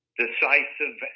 decisive